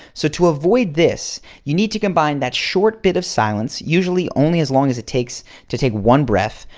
so to avoid this you, need to combine that short bit of silence, usually only as long as it takes to take one breath,